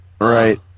Right